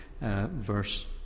verse